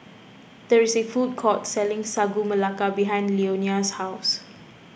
there is a food court selling Sagu Melaka behind Leonia's house